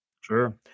Sure